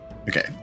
Okay